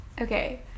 okay